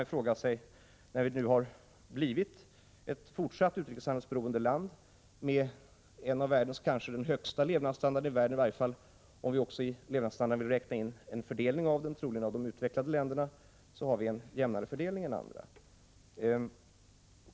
Sverige har fortsatt att vara ett utrikeshandelsberoende land med en levnadsstandard som är bland de högsta i världen i varje fall om vi i jämförelsen vill räkna in en del av de utvecklade länderna, har vi en jämnare fördelning än andra.